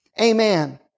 Amen